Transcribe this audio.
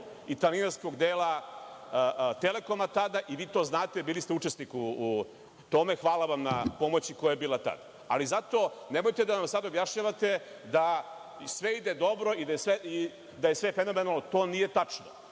italijanskog dela Telekoma tada i vi to znate, bili ste učesnik u tome, hvala vam na pomoći koja je bila tada. Zato nemojte sada da nam objašnjavate da sve ide dobro i da je sve fenomenalno, to nije tačno.